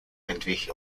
entwich